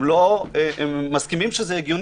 הם מסכימים הם הגיוניים.